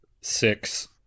six